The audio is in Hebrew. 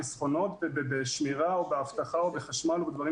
החסכונות בשמירה או באבטחה או בחשמל או בדברים